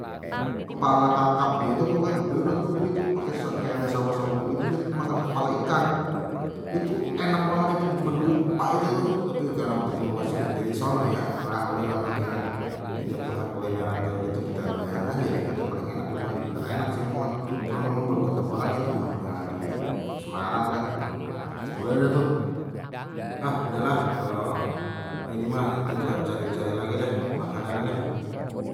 Kepala kakap gitu itu pokoknye gede dah tuh jadi tu pakai kayak ada sambel sambelnye gitu jadi makan kepala ikan, itu enak banget itu cuman lupa itu tuh tapi karena waktu itu masih kerja sono ya lah udahlah pikiran diajak makan kulineran kayak gitu kita doyan aje dah, katanya paling enak dimari bener enak sih memang cuman memang belum ketemu lagi tuh namanya di semarang kan. ah udahlah kalau ini mah kita cari cari lagi deh makananannye.